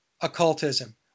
occultism